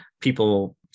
people